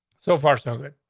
so far, so good.